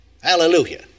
Hallelujah